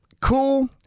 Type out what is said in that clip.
cool